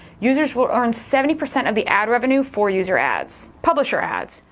users will earn seventy percent of the ad revenue for user ads. publisher ads,